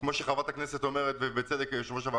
כדי שהם יקיימו את החוק אנחנו צריכים לדעת מי אמור לבדוק שהוא חל,